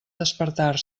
despertar